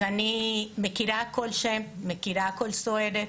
אז אני מכירה כל שם, מכירה כל סוהרת,